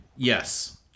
yes